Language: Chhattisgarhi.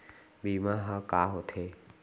बीमा ह का होथे?